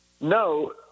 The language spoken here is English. No